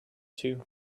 too